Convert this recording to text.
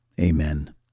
Amen